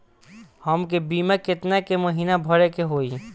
हमके बीमा केतना के महीना भरे के होई?